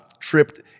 tripped